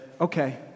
okay